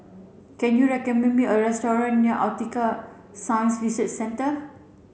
can you recommend me a restaurant near Aquatic Science Research Centre